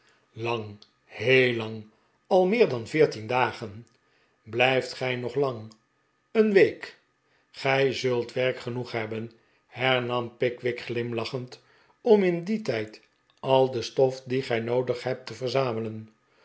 lang heel lang al meer dan veertien dagen blijft gij nog lang een week gij zult werk genoeg hebben hernam pickwick glimlachend om in dien tijd al de stof die gij noodig hebt te verzamelen